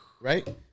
right